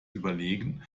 überlegen